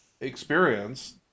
experience